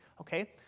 okay